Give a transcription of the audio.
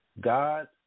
God